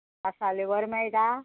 कासांवलें बरें मेळटा